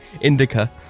Indica